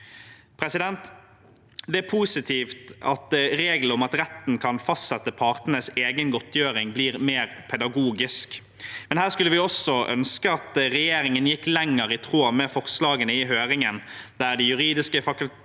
rike folk. Det er positivt at reglene om at retten kan fastsette partenes egen godtgjøring, blir mer pedagogisk, men her skulle vi også ønsket at regjeringen gikk lenger, i tråd med forslagene i høringen, der Det juridiske fakultet